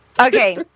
Okay